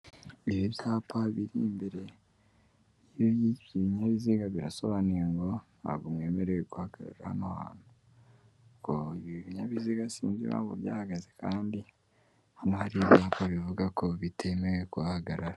Ibi byapa bir mbere y'ibi biinyabiziga birasobanuye ngo ntabwo mwemerewe kuhakarabira hano hantu, sinz impamvu bihahagaze kandi hari ibyapa bivuga ngo ntabwo byemewe kuhahagarara.